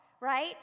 right